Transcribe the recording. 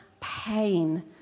pain